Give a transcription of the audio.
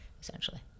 essentially